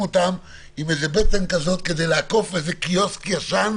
אותם עם איזו בטן כזאת כדי לעקוף איזה קיוסק ישן